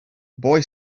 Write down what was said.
boy